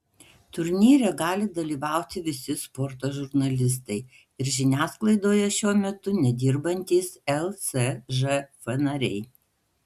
turnyre gali dalyvauti visi sporto žurnalistai ir žiniasklaidoje šiuo metu nedirbantys lsžf nariai